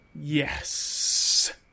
yes